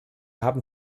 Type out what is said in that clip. haben